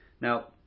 Now